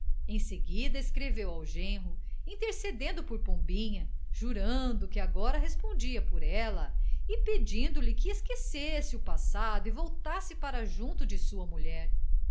em seguida escreveu ao genro intercedendo por pombinha jurando que agora respondia por ela e pedindo-lhe que esquecesse o passado e voltasse para junto de sua mulher